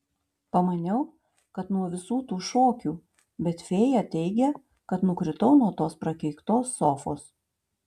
pamaniau kad nuo visų tų šokių bet fėja teigia kad nukritau nuo tos prakeiktos sofos